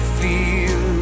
feel